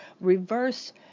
reverse